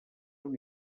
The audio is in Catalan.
una